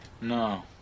No